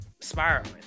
spiraling